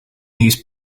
these